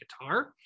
guitar